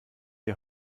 die